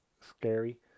scary